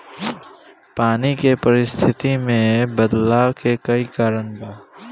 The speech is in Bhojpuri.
पानी के परिस्थिति में बदलाव के कई कारण बा